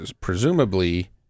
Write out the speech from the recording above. presumably